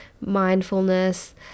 mindfulness